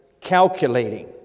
calculating